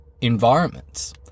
environments